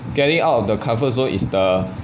getting out of the comfort zone is the